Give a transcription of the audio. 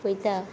वयता